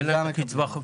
אין להם את הקצבה החודשית.